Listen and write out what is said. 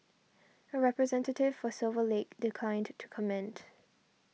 a representative for Silver Lake declined to comment